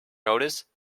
notice